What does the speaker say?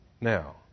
Now